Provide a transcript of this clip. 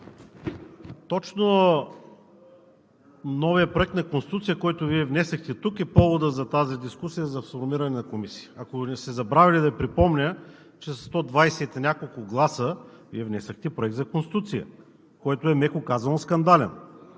точно новият проект на Конституция, който Вие внесохте тук, е поводът за тази дискусия за формиране на комисия. Ако сте забравили, да припомня, че със сто двайсет и няколко гласа Вие внесохте проект за Конституция, който е, меко казано, скандален.